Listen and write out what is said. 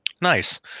Nice